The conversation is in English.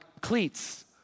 cleats